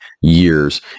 years